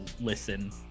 listen